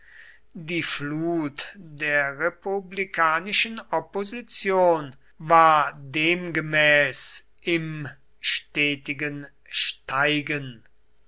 die flut der republikanischen opposition war demgemäß im stetigen steigen